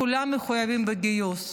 כולם מחויבים בגיוס,